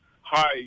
Hi